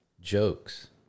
jokes